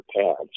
pads